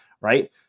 Right